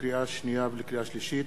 לקריאה שנייה ולקריאה שלישית: